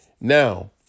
Now